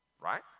Right